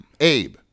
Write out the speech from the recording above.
Abe